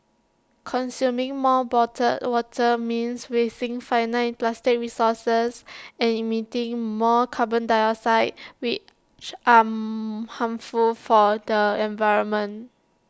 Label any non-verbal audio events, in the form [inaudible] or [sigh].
consuming more bottled water means wasting finite plastic resources and emitting more carbon dioxide which are [hesitation] harmful for the environment